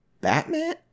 Batman